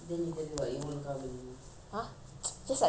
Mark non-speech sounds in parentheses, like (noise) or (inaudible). ah (noise) just like தாத்தா:thatha lah please flipped on me